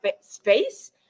space